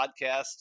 podcast